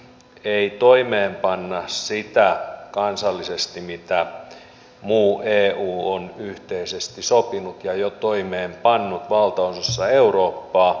ei toimeenpanna kansallisesti sitä mitä muu eu on yhteisesti sopinut ja jo toimeenpannut valtaosassa eurooppaa